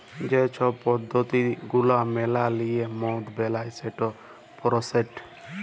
যে ছব পদ্ধতি গুলা মালে লিঁয়ে মদ বেলায় সেই পরসেসট